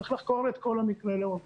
צריך לחקור את כל המקרה לעומקו.